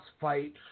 fight